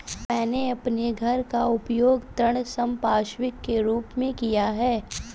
मैंने अपने घर का उपयोग ऋण संपार्श्विक के रूप में किया है